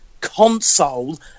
console